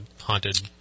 haunted